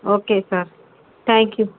okay sir thank you